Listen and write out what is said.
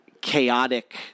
chaotic